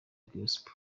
gospel